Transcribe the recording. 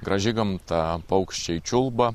graži gamta paukščiai čiulba